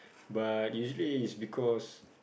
but usually it's because